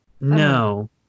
No